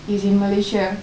is in malaysia